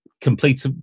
complete